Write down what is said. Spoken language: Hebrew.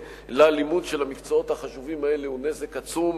ללימוד של המקצועות החשובים האלה הוא נזק עצום,